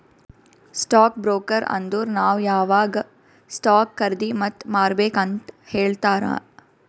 stock broker ಅಂದುರ್ ನಾವ್ ಯಾವಾಗ್ ಸ್ಟಾಕ್ ಖರ್ದಿ ಮತ್ ಮಾರ್ಬೇಕ್ ಅಂತ್ ಹೇಳ್ತಾರ